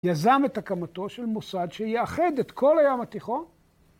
יזם את הקמתו של מוסד שיאחד את כל הים התיכון.